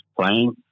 playing